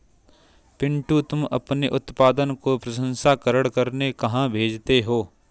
पिंटू तुम अपने उत्पादन को प्रसंस्करण करने कहां भेजते हो?